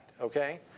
okay